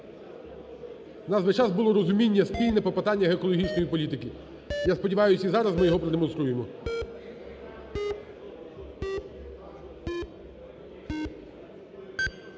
В нас весь час було розуміння спільне по питанням екологічної політики, я сподіваюсь, і зараз ми його продемонструємо.